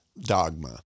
dogma